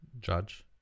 judge